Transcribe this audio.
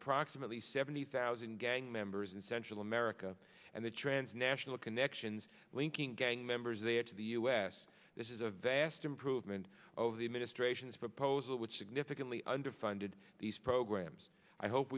approximately seventy thousand gang members in central america and the transnational connections linking gang members there to the u s this is a vast improvement over the administration's proposal which significantly underfunded these programs i hope